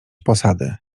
posady